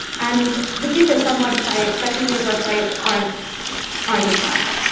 and the truth is, some websites especially news websites aren't aren't as fast.